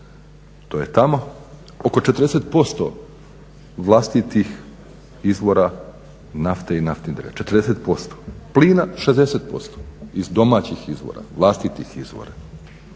to je tamo, oko 40% vlastitih izvora nafte i naftnih derivata 40%, plina 60% iz domaćih izvora, vlastitih izvora.